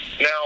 Now